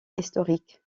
historique